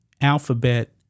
alphabet